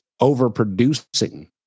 overproducing